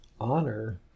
honor